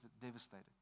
devastated